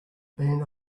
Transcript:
band